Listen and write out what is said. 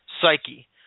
psyche